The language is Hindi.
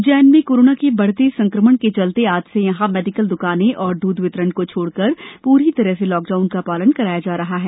उज्जैन में कोरोना के बढ़ते संक्रमण के चलते आज से यहां मेडिकल द्काने एवं दूध वितरण को छोड कर पूरी तरह से लॉकडाउन का पालन कराया जा रहा है